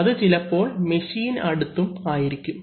അത് ചിലപ്പോൾ മെഷീൻ അടുത്തും ആയിരിക്കും